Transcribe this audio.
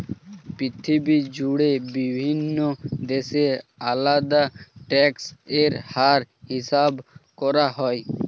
পৃথিবী জুড়ে বিভিন্ন দেশে আলাদা ট্যাক্স এর হার হিসাব করা হয়